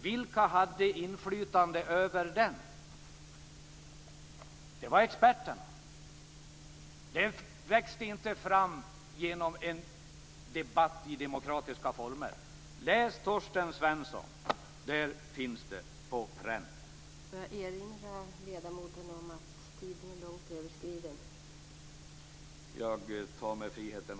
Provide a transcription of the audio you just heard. Vilka hade inflytande över kreditavregleringen?